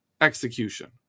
execution